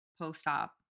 post-op